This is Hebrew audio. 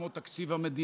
כמו תקציב המדינה,